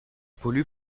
pollue